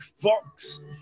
Fox